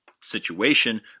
Situation